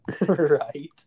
Right